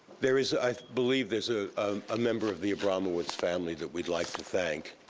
there is i believe there's a ah ah member of the abramowitz family that we'd like to thank.